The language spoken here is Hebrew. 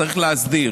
צריך להסדיר.